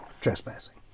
trespassing